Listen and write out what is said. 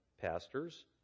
pastors